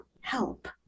help